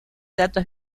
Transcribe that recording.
datos